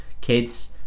Kids